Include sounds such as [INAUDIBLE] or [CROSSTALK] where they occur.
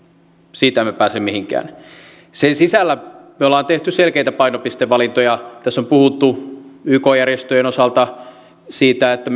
siitä me emme pääse mihinkään niiden sisällä me olemme tehneet selkeitä painopistevalintoja tässä on puhuttu yk järjestöjen osalta siitä että [UNINTELLIGIBLE]